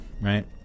right